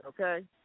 Okay